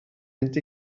mynd